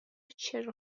charter